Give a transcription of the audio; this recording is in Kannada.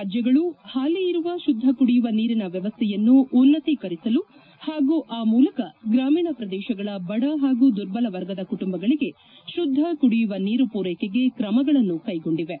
ರಾಜ್ಯಗಳೂ ಹಾಲಿ ಇರುವ ಶುದ್ಲ ಕುಡಿಯುವ ನೀರಿನ ವ್ಯವಸ್ಥೆಯನ್ನು ಉನ್ನತಿಕರಿಸಲು ಹಾಗೂ ಆ ಮೂಲಕ ಗ್ರಾಮೀಣ ಪ್ರದೇಶಗಳ ಬಡ ಹಾಗೂ ದುರ್ಬಲವರ್ಗದ ಕುಟುಂಬಗಳಿಗೆ ಶುದ್ದ ಕುಡಿಯುವ ನೀರು ಪೂರೈಕೆಗೆ ಕ್ರಮಗಳನ್ನು ಕೈಗೊಂಡಿವೆ